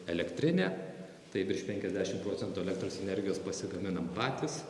elektrinę tai virš penkiasdešimt procentų elektros energijos pasigaminam patys